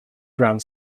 ground